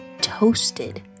toasted